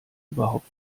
überhaupt